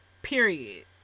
period